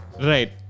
Right